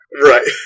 Right